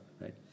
right